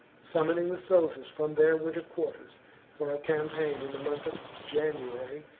summoning the soldiers from their winter quarters for a campaign in the month of january,